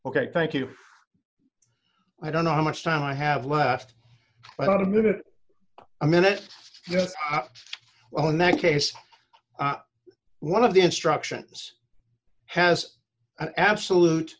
ok thank you i don't know how much time i have left but a minute a minute yes well in that case one of the instructions has an absolute